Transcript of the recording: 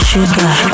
Sugar